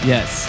Yes